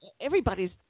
everybody's